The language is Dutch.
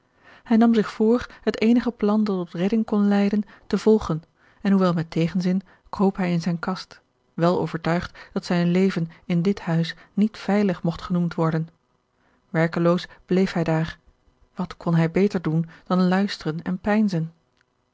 hij nam zich voor het eenige plan dat tot redding kon leiden te volgen en hoewel met tegenzin kroop hij in zijne kast wèl overtuigd dat zijn leven in dit huis niet veilig mogt genoemd worden werkeloos bleef hij daar wat kon hij beter doen dan luisteren en